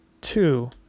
Two